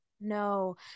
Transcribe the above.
no